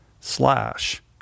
slash